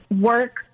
work